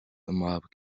mob